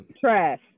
Trash